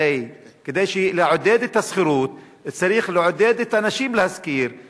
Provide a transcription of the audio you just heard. הרי כדי לעודד את השכירות צריך לעודד את האנשים להשכיר,